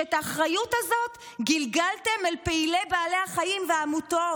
שאת האחריות הזאת גלגלתם אל פעילי בעלי החיים והעמותות.